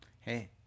hey